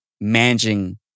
managing